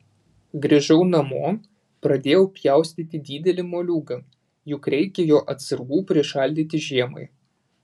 grįžau namo pradėjau pjaustyti didelį moliūgą juk reikia jo atsargų prišaldyti žiemai